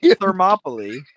Thermopylae